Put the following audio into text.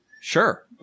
Sure